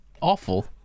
awful